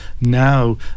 Now